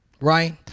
Right